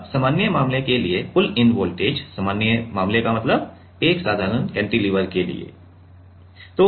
अब सामान्य मामले के लिए पुल्ल इन वोल्टेज सामान्य मामले का मतलब एक साधारण केंटिलीवर के लिए होता है